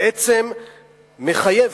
בעצם מחייבת,